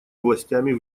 властями